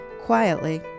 Quietly